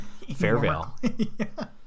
Fairvale